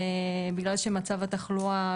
ובגלל שמצב התחלואה,